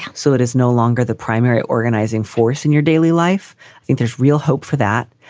um so it is no longer the primary organizing force in your daily life. i think there's real hope for that.